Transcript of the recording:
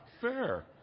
fair